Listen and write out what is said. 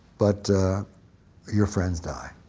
but your friends die.